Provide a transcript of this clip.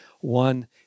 One